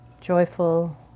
joyful